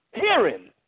hearing